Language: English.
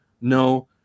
no